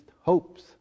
hopes